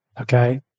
okay